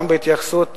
גם בהתייחסות